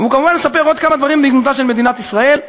הוא כמובן מספר עוד כמה דברים בגנותה של מדינת ישראל.